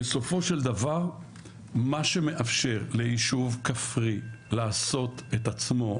בסופו של דבר מה שמאפשר ליישוב כפרי לעשות את עצמו,